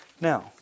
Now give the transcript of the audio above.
Now